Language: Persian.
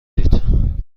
دید